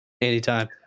Anytime